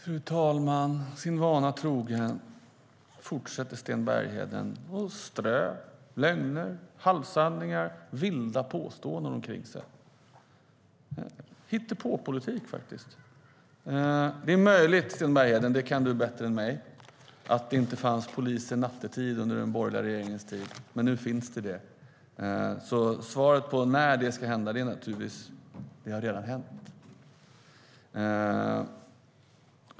Fru talman! Sin vana trogen fortsätter Sten Bergheden att strö lögner, halvsanningar och vilda påståenden omkring sig. Det är hittepåpolitik, faktiskt. Det är möjligt, Sten Bergheden - det kan du bättre än jag - att det inte fanns poliser nattetid under den borgerliga regeringens tid. Men nu finns det det. Svaret på när det ska hända är naturligtvis att det redan har hänt.